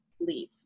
leave